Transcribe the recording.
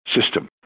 system